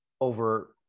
over